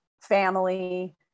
family